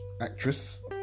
actress